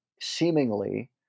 seemingly